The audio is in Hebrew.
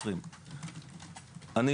חתכו את הנתונים באוקטובר 2020. אני